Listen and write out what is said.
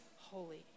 holy